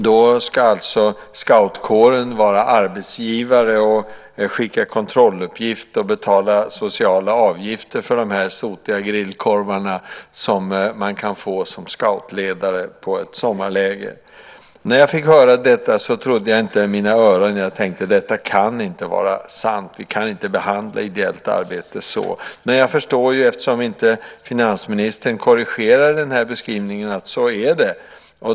Då ska alltså scoutkåren vara arbetsgivare och skicka kontrolluppgift och betala sociala avgifter för de sotiga grillkorvar som man kan få som scoutledare på ett sommarläger. När jag fick höra detta trodde jag inte mina öron. Jag tänkte: Detta kan inte vara sant. Vi kan inte behandla ideellt arbete så. Men jag förstår ju, eftersom finansministern inte korrigerar den här beskrivningen, att det är så.